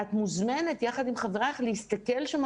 את מוזמנת יחד עם חברייך להסתכל שם